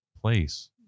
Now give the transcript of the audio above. place